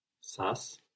Sas